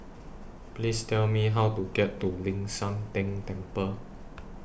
Please Tell Me How to get to Ling San Teng Temple